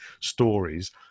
stories